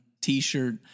t-shirt